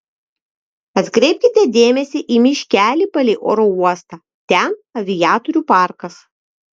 atkreipkite dėmesį į miškelį palei oro uostą ten aviatorių parkas